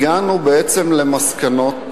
הגענו בעצם למסקנות